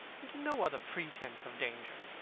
and to no other pretence of danger.